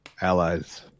allies